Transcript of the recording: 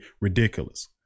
ridiculous